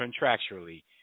contractually